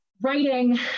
writing